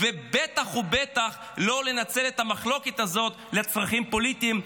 ובטח ובטח לא לנצל את המחלוקת הזאת לצרכים פוליטיים,